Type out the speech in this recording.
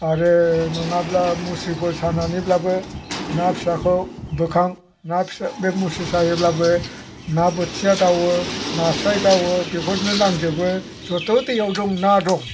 आरो नङाब्ला मुस्रिफोर सारनानैब्लाबो ना फिसाखौ बोखां बे मुस्रि सायोब्लाबो ना बोथिया दावो नास्राय दावो बेफोरनो नांजोबो जथ' दैयाव दं ना दं